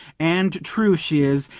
and true she is,